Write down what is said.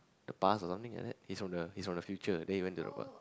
the past or something like that he's from the he's from the future then he went to the past